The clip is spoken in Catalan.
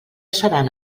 seran